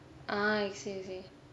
ah I see I see